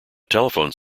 telephone